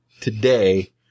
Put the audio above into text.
today